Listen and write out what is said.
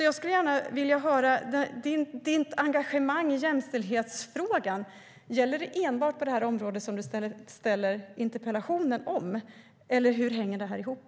Jag skulle gärna vilja höra om ditt engagemang i jämställdhetsfrågan enbart gäller på det här området som du ställer interpellationen om eller hur det hänger ihop.